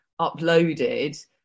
uploaded